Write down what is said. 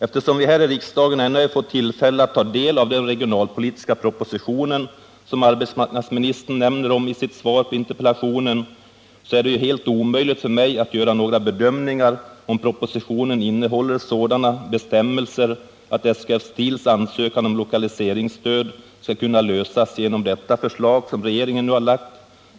Eftersom vi här i riksdagen ännu inte fått tillfälle att ta del av den regionalpolitiska proposition, som arbetsmarknadsministern nämner i sitt 9” svar på interpellationen, är det ju helt omöjligt för mig att göra några bedömningar huruvida propositionen innehåller förslag till sådana bestämmelser att SKF Steels ansökan om lokaliseringsstöd kommer att gynnas.